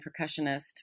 percussionist